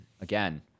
again